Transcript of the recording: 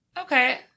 Okay